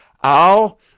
I'll—